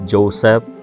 Joseph